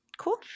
Cool